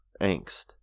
angst